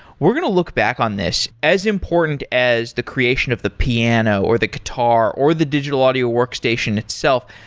we're going to look back on this as important as the creation of the piano, or the guitar, or the digital audio workstation itself,